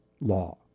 law